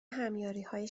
همیاریهای